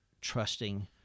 trusting